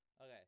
Okay